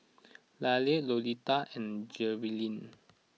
Kaylie Lolita and Jerilyn